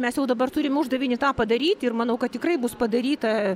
mes jau dabar turime uždavinį tą padaryti ir manau kad tikrai bus padaryta